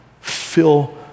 Fill